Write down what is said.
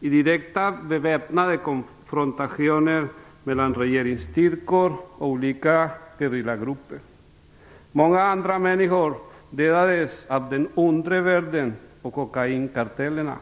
i direkta beväpnade konfrontationer mellan regeringsstyrkor och olika gerillagrupper. Många andra människor dödades av den undre världen och kokainkartellerna.